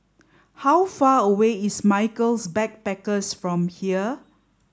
how far away is Michaels Backpackers from here